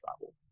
travel